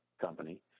company